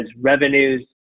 revenues